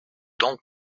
donc